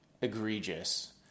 egregious